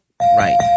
right